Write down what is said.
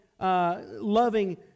loving